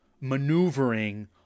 maneuvering